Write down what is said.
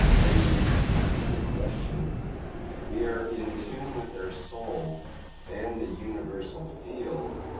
then he had posted the question if we are in tune with our soul and the universal field,